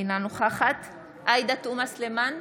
אינה נוכחת עאידה תומא סלימאן,